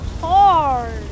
hard